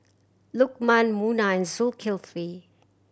Lukman Munah Zulkifli